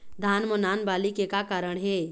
धान म नान बाली के का कारण हे?